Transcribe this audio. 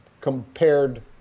compared